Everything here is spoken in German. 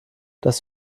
das